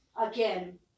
again